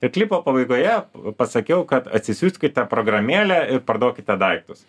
ir klipo pabaigoje pasakiau kad atsisiųskite programėlę ir parduokite daiktus